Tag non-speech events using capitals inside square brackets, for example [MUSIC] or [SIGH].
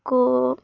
[UNINTELLIGIBLE]